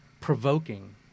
provoking